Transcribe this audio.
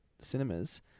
cinemas